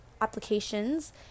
applications